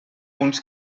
uns